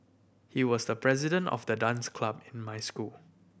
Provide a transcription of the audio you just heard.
he was the president of the dance club in my school